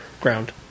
ground